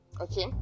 okay